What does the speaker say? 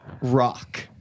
rock